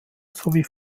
sowie